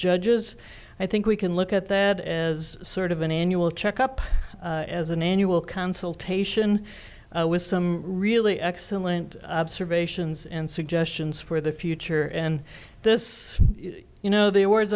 judges i think we can look at that as sort of an annual check up as an annual consultation with some really excellent observations and suggestions for the future and this you know the awards